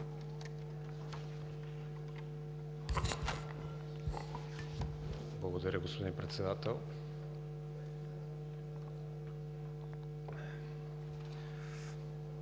Благодаря, господин Председател.